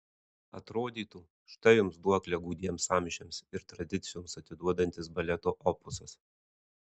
atrodytų štai jums duoklę gūdiems amžiams ir tradicijoms atiduodantis baleto opusas